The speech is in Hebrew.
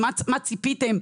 בעקבות הרפורמה בבריאות הנפש,